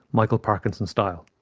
michael parkinson style.